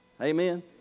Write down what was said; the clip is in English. Amen